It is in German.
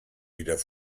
wieder